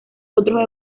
otros